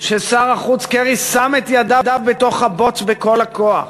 שר החוץ קרי שם את ידיו בתוך הבוץ בכל הכוח,